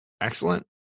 excellent